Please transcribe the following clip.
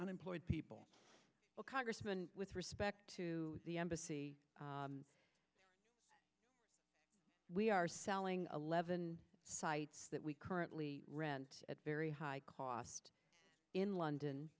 unemployed people congressman with respect to the embassy we are selling eleven sites that we currently rent at very high cost in london